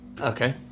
Okay